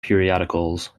periodicals